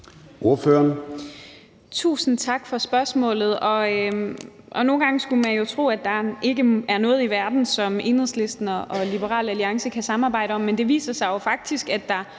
Tusind tak for spørgsmålet. Nogle gange skulle man tro, at der ikke er noget i verden, som Enhedslisten og Liberal Alliance kan samarbejde om, men det viser sig jo faktisk, at der